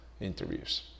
interviews